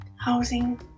housing